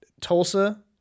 Tulsa